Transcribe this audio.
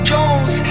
Jones